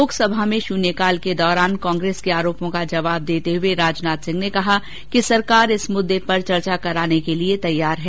लोकसभा में शून्यकाल के दौरान कांग्रेस के आरोपो का जवाब देते हुए राजनाथ सिंह ने कहा कि सरकार इस मुद्दे पर चर्चा कराने के लिए तैयार है